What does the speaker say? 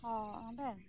ᱚ ᱚᱸᱰᱮ